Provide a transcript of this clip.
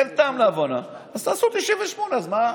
אין טעם להבנה, אז תעשו 98, אז מה?